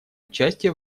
участие